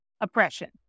oppression